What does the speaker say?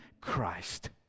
Christ